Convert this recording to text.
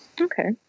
Okay